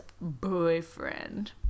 boyfriend